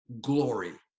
glory